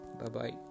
Bye-bye